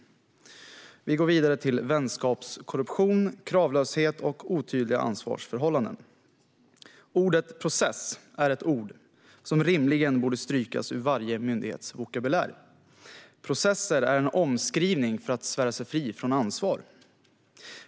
Vi går vidare till vänskapskorruption, kravlöshet och otydliga ansvarsförhållanden. Ordet process är ett ord som rimligen borde strykas ur varje myndighets vokabulär. Processer är en omskrivning för att svära sig fri från ansvar.